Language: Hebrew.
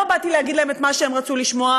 לא באתי להגיד להם את מה שהם רצו לשמוע,